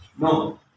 No